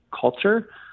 culture